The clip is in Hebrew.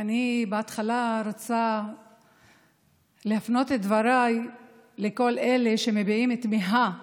אני בהתחלה רוצה להפנות את דבריי לכל אלה שמביעים תמיהה